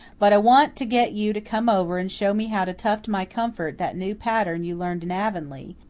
but i want to get you to come over and show me how to tuft my comfort that new pattern you learned in avonlea,